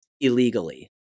illegally